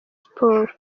sports